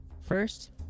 first